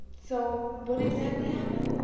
so, what exactly happened?